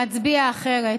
מצביע אחרת.